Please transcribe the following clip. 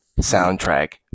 soundtrack